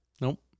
Nope